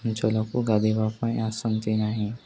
ଅଞ୍ଚଳକୁ ଗାଧେଇବା ପାଇଁ ଆସନ୍ତି ନାହିଁ